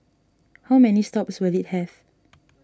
how many stops will it have